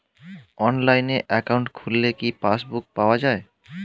অনলাইনে একাউন্ট খুললে কি পাসবুক পাওয়া যায়?